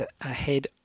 ahead